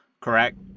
correct